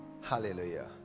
Hallelujah